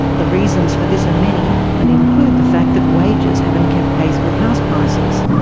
the reasons for this are many and include the fact that wages haven't kept pace with house prices.